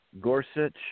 Gorsuch